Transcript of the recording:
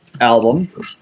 album